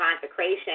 consecration